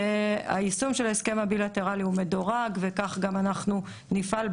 היישום של ההסכם הבילטרלי הוא מדורג וכך גם אנחנו נפעל,